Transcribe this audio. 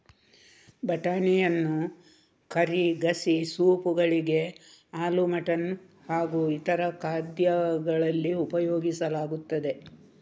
ಬಟಾಣಿಯನ್ನು ಕರಿ, ಗಸಿ, ಸೂಪ್ ಗಳಿಗೆ, ಆಲೂ ಮಟರ್ ಹಾಗೂ ಇತರ ಖಾದ್ಯಗಳಲ್ಲಿ ಉಪಯೋಗಿಸಲಾಗುತ್ತದೆ